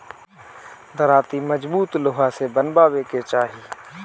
दराँती मजबूत लोहा से बनवावे के चाही